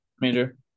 Major